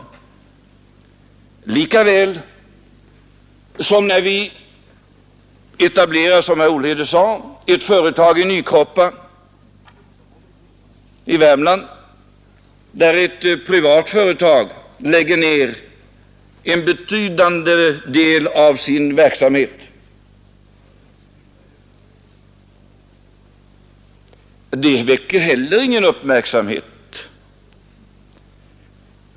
Samma sak är det när vi som herr Olhede sade etablerar ett företag i Nykroppa i Värmland, där ett privat företag lägger ned en betydande del av sin verksamhet: det väcker heller ingen uppmärksamhet.